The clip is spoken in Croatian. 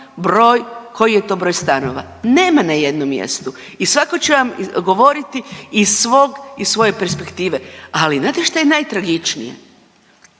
broj, koji je to broj stanova, nema na jednom mjestu i svako će vam govoriti iz svog, iz svoje perspektive, ali znate šta je najtragičnije?